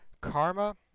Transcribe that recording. Karma